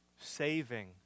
saving